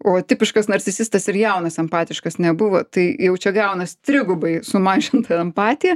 o tipiškas narcisistas ir jaunas empatiškas nebuvo tai jau čia gaunas trigubai sumažinta empatija